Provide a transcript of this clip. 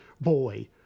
boy